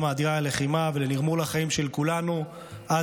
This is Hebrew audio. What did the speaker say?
האדירה ללחימה ולנרמול החיים של כולנו בעורף,